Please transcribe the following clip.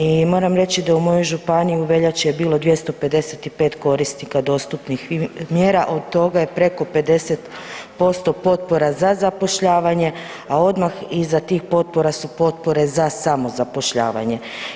I moram reći da u mojoj županiji u veljači je bilo 255 korisnika dostupnih mjera, od toga je preko 50% potpora za zapošljavanje, a odmah iza tih potpora su potpore za samozapošljavanje.